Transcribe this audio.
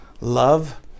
love